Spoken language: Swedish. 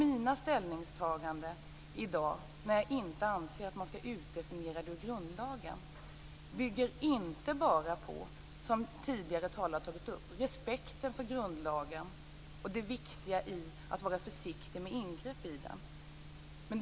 Mitt ställningstagande i dag att detta skall flyttas ut från grundlagen bygger inte bara på respekten för grundlagen och det viktiga i att vara försiktig med ingrepp i den, vilket tidigare talare har tagit upp.